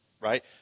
right